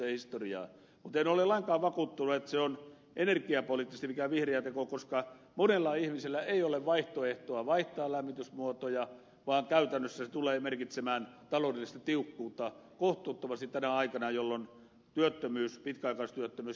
mutta en ole lainkaan vakuuttunut että se on energiapoliittisesti mikään vihreä teko koska monella ihmisellä ei ole vaihtoehtoa vaihtaa lämmitysmuotoja vaan käytännössä se tulee merkitsemään taloudellista tiukkuutta kohtuuttomasti tänä aikana jolloin työttömyys pitkäaikaistyöttömyys kärjistää tilannetta